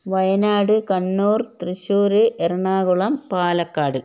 Wayanad Kannur Thrissur Ernakulam Palakkad